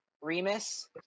Remus